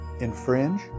infringe